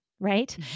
right